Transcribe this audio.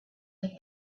good